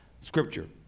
scripture